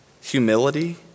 humility